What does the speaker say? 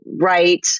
right